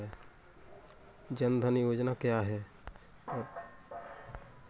जनधन योजना क्या है?